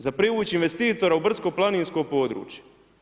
Za privuć investitora u brdsko planinsko područje.